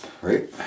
Right